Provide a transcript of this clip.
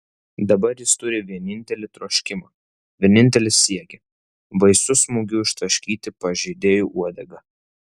dabar jis turi vienintelį troškimą vienintelį siekį baisiu smūgiu ištaškyti pažeidėjui uodegą